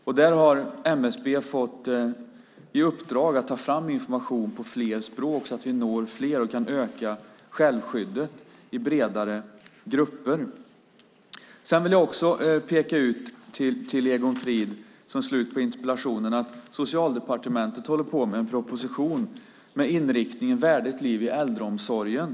MSB har fått i uppdrag att ta fram information på fler språk för att vi ska kunna nå fler och öka självskyddet i bredare grupper. Jag vill också som avslutning på interpellationsdebatten peka ut för Egon Frid att Socialdepartementet håller på med en proposition vars inriktning är värdigt liv i äldreomsorgen.